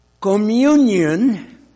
Communion